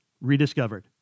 rediscovered